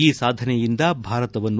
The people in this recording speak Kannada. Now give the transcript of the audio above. ಈ ಸಾಧನೆಯಿಂದ ಭಾರತವನ್ನು